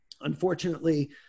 unfortunately